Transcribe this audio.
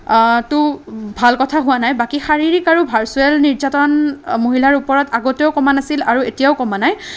টো ভাল কথা হোৱা নাই বাকী শাৰিৰীক আৰু ভাৰ্চুৱেল নিৰ্যাতন মহিলাৰ ওপৰত আগতেও কমা নাছিল আৰু এতিয়াও কমা নাই